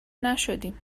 نشدیم